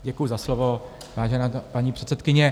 Děkuji za slovo, vážená paní předsedkyně.